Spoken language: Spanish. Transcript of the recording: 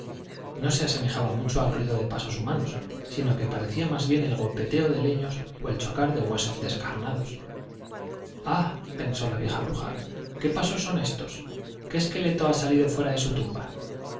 no se asemejaba mucho al ruido de pasos humanos sino que parecía más bien el golpeteo de leños o el chocar de huesos descarnados ah pensó la vieja bruja qué pasos son éstos qué esqueleto ha salido fuera de su tumba